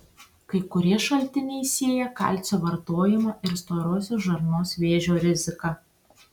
kai kurie šaltiniai sieja kalcio vartojimą ir storosios žarnos vėžio riziką